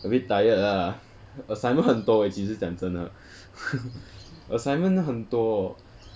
a bit tired lah assignment 很多 eh 其实讲真的 assignment 很多